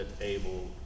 able